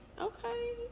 Okay